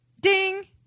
ding